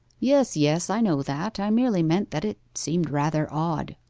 yes, yes, i know that. i merely meant that it seemed rather odd